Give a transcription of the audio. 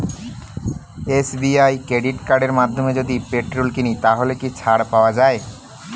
SBI credit কার্ডের মাধ্যমে যদি পেট্রোল কিনি তাহলে কি ছাড় পাওয়া যায়?